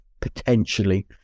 potentially